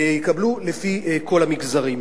לפי כל המגזרים.